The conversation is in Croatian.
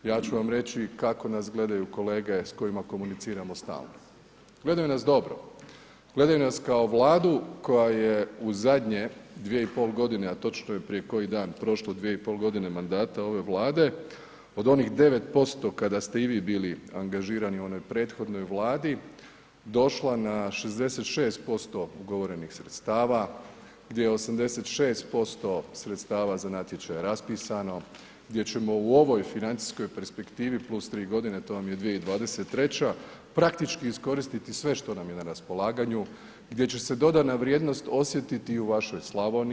Ja ću vam reći kako nas gledaju kolege s kojima komuniciramo stalno, gledaju nas dobro, gledaju nas kao Vladu koja je u zadnje 2,5 godine a točno je prije koji dan prošlo 2,5 godine mandata ove Vlade, od onih 9% kada ste i vi bili angažirani u onoj prethodnoj Vladi došla na 66% ugovorenih sredstava gdje je 86% sredstava za natječaj raspisano, gdje ćemo u ovoj financijskoj perspektivi plus 3 godine, to vam je 2023. praktički iskoristiti sve što nam je na raspolaganju, gdje će se dodana vrijednost osjetiti i u vašoj Slavoniji.